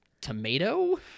tomato